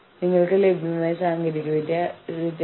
ആദ്യം നിങ്ങളുടെ മേലുദ്യോഗസ്ഥരുമായി വാമൊഴിയായി സംസാരിക്കുക